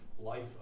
life